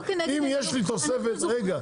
אם יש לי תוספת, רגע.